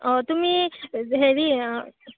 অঁ তুমি হেৰি